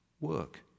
work